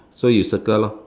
so you circle lor